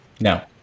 No